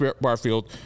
Barfield